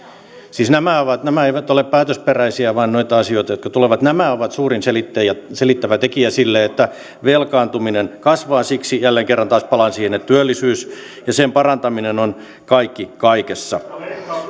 siis nämä eivät ole päätösperäisiä vaan noita asioita jotka tulevat nämä ovat suurin selittävä tekijä sille että velkaantuminen kasvaa ja siksi jälleen kerran taas palaan siihen että työllisyys ja sen parantaminen on kaikki kaikessa